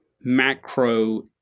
macro